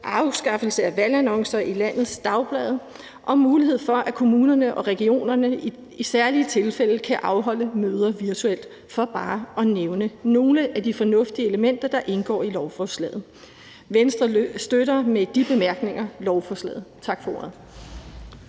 afskaffelse af valgannoncer i landets dagblade og mulighed for, at kommunerne og regionerne i særlige tilfælde kan afholde møder virtuelt, for bare at nævne nogle af de fornuftige elementer, der indgår i lovforslaget. Venstre støtter med de bemærkninger lovforslaget. Tak for ordet.